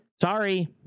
Sorry